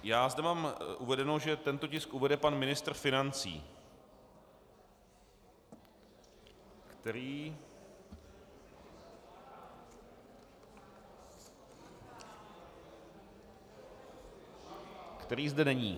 Já zde mám uvedeno, že tento tisk uvede pan ministr financí, který zde není.